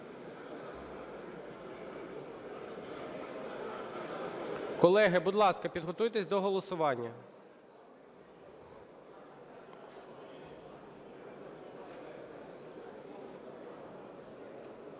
Колеги, будь ласка, підготуйтеся до голосування.